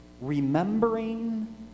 remembering